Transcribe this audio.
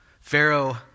Pharaoh